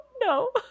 No